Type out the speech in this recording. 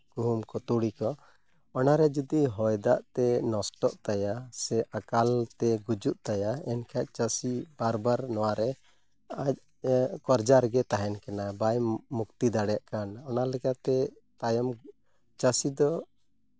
ᱜᱩᱦᱩᱢ ᱠᱚ ᱛᱩᱲᱤ ᱠᱚ ᱚᱱᱟᱨᱮ ᱡᱩᱫᱤ ᱦᱚᱭ ᱫᱟᱜ ᱛᱮ ᱱᱚᱥᱴᱚᱜ ᱛᱟᱭᱟ ᱥᱮ ᱟᱠᱟᱞᱛᱮ ᱜᱩᱡᱩᱜ ᱛᱟᱭᱟ ᱮᱱᱠᱷᱟᱱ ᱪᱟᱹᱥᱤ ᱵᱟᱨ ᱵᱟᱨ ᱱᱚᱣᱟᱨᱮ ᱟᱡ ᱠᱟᱨᱡᱟ ᱨᱮᱜᱮ ᱛᱟᱦᱮᱱ ᱠᱟᱱᱟ ᱵᱟᱭ ᱢᱩᱠᱛᱤ ᱫᱟᱲᱮᱭᱟᱜ ᱚᱱᱟ ᱞᱮᱠᱟᱛᱮ ᱛᱟᱭᱚᱢ ᱪᱟᱹᱥᱤ ᱫᱚ